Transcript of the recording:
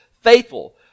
faithful